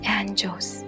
angels